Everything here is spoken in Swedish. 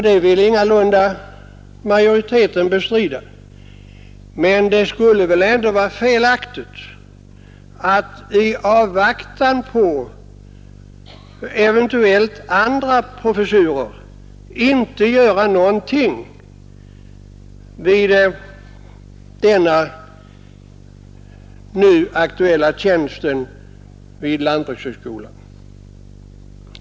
Det vill majoriteten ingalunda bestrida, men det skulle väl ändå vara felaktigt att i avvaktan på eventuella andra professurer inte göra någonting beträffande den nu aktuella tjänsten vid lantbrukshögskolan.